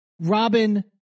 Robin